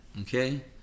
Okay